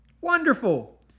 Wonderful